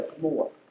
more